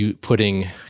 putting